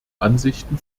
ansichten